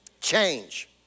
Change